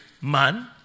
man